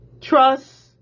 Trust